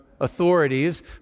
authorities